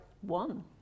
One